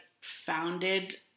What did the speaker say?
founded